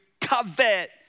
covet